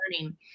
learning